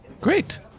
Great